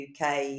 UK